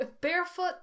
Barefoot